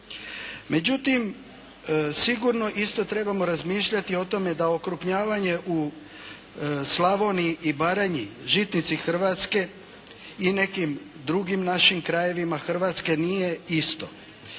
Međutim, sigurno isto trebamo razmišljati o tome da okrupnjavanje u Slavoniji i Baranji, žitnici Hrvatske, i nekim drugim našim krajevima Hrvatske nije isto.